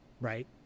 right